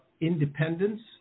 independence